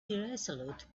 irresolute